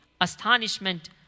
astonishment